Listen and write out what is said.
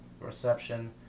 reception